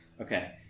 Okay